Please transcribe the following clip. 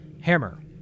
Hammer